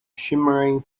shimmering